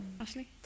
Ashley